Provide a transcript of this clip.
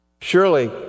Surely